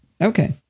Okay